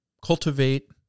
cultivate